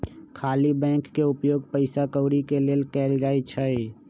खाली बैंक के उपयोग पइसा कौरि के लेल कएल जाइ छइ